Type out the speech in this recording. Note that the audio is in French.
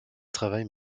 travaille